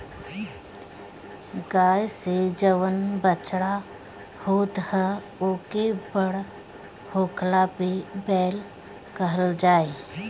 गाई से जवन बछड़ा होत ह ओके बड़ होखला पे बैल कहल जाई